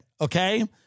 okay